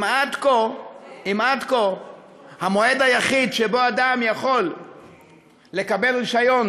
אם עד כה המועד היחיד שבו אדם יכול לקבל רישיון